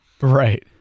right